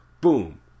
boom